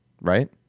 right